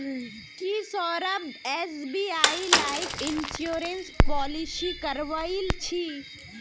की Saurabh SBI life insurance policy करवइल छि